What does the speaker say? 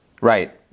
right